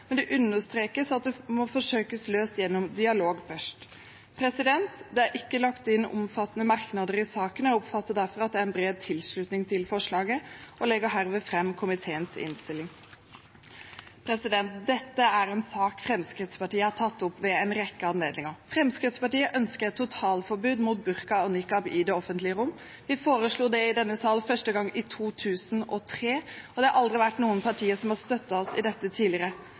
men det understrekes at det må forsøkes løst gjennom dialog først. Det er ikke lagt inn omfattende merknader i saken. Jeg oppfatter dermed at det er en bred tilslutning til forslaget, og jeg legger herved fram komiteens innstilling. Dette er en sak Fremskrittspartiet har tatt opp ved en rekke anledninger. Fremskrittspartiet ønsker et totalforbud mot burka og nikab i det offentlige rom. Vi foreslo det i denne sal første gang i 2003, og det har aldri tidligere vært noen partier som har støttet oss i dette.